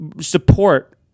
support